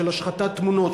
של השחתת תמונות,